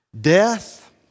death